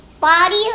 body